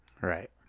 right